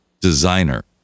designer